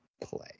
play